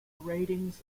ratings